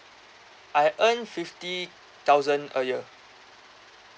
I earn fifty thousand a year